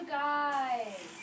guys